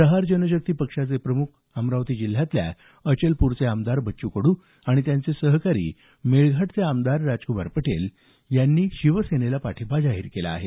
प्रहार जनशक्ती पक्षाचे प्रमुख अमरावती जिल्ह्यातल्या अचलपूरचे आमदार बच्चू कडू आणि त्यांचे सहकारी मेळघाटचे आमदार राजक्मार पटेल यांनी शिवसेनेला पाठिंबा जाहीर केला आहे